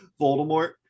Voldemort